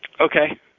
Okay